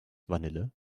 vanille